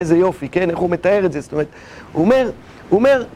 איזה יופי, כן? איך הוא מתאר את זה, זאת אומרת... הוא אומר, הוא אומר...